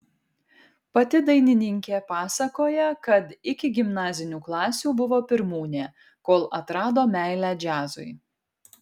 pati dainininkė pasakoja kad iki gimnazinių klasių buvo pirmūnė kol atrado meilę džiazui